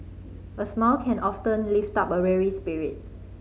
a smile can often lift up a weary spirit